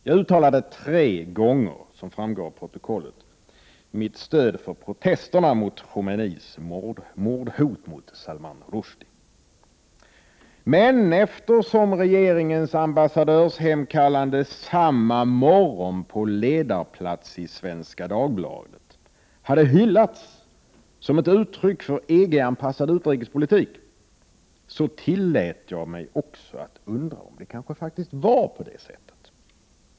Jag uttalade tre gånger - som framgår av protokollet — mitt stöd för protesterna mot Khomeinis mordhot mot Salman Rushdie. Men eftersom regeringens ambassadörshemkallande samma morgon på ledarplats i Svenska Dagbladet hade hyllats som ett uttryck för EG-anpassad utrikespolitik, tillät jag mig också att undra om det kanske faktiskt var på det sättet.